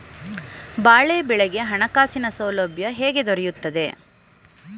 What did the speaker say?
ಬಾಳೆ ಬೆಳೆಗೆ ಹಣಕಾಸಿನ ಸೌಲಭ್ಯ ಹೇಗೆ ದೊರೆಯುತ್ತದೆ?